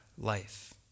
Life